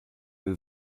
they